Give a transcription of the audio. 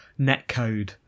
netcode